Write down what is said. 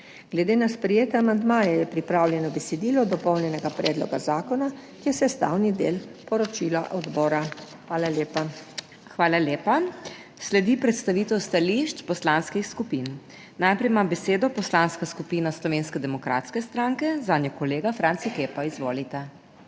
Glede na sprejete amandmaje je pripravljeno besedilo dopolnjenega predloga zakona, ki je sestavni del poročila odbora. Hvala lepa. **PODPREDSEDNICA MAG. MEIRA HOT:** Hvala lepa. Sledi predstavitev stališč poslanskih skupin. Najprej ima besedo Poslanska skupina Slovenske demokratske stranke, zanjo kolega Franci Kepa. Izvolite.